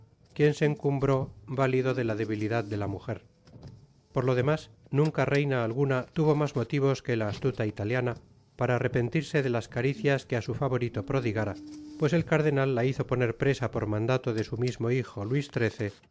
quien se encumbro vátido de ta debitidad de ta mujer por to demás nunca reina atguna tuvo mas motivos que ta astuta itatiana para arrepentirse de tas caricias que á su favorito prodigara pues et cardenat ta bizo poner presa por mandato de su mismo hijo luis